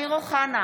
אמיר אוחנה,